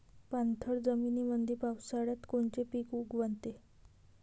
पाणथळ जमीनीमंदी पावसाळ्यात कोनचे पिक उगवते?